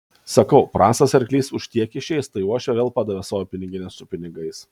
sakau prastas arklys už tiek išeis tai uošvė vėl padavė savo piniginę su pinigais